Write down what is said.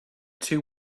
two